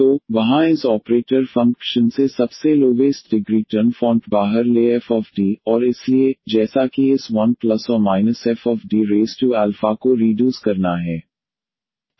तो वहाँ इस ऑपरेटर फंगक्शन से सबसे लोवेस्ट डिग्री टर्न फ़ॉन्ट बाहर ले FD और इसलिए जैसा कि इस 1±FD को रीडूस करना है